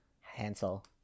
Hansel